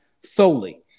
solely